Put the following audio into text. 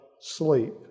sleep